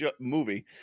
movie